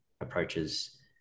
approaches